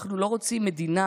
אנחנו לא רוצים מדינה